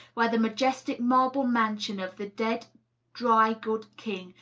where the majestic marble mansion of the dead dry goods king,